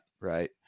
right